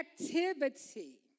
activity